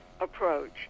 approach